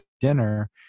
dinner